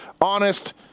honest